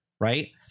right